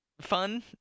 fun